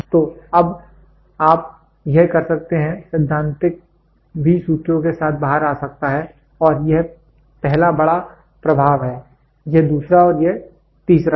तो अब आप यह कर सकते हैं सैद्धांतिक भी सूत्रों के साथ बाहर आ सकता है और यह पहला बड़ा प्रभाव है यह दूसरा है और यह तीसरा है